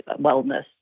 wellness